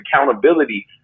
accountability